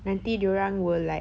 nanti dia orang will like